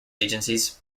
agencies